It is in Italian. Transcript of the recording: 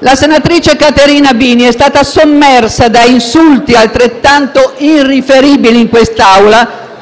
la senatrice Caterina Bini è stata sommersa da insulti altrettanto irriferibili,